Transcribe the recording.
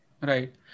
Right